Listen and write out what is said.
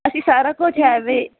ਅਸੀਂ ਸਾਰਾ ਕੁਝ ਹੈ ਵੇ